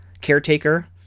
caretaker